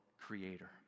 creator